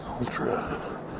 ultra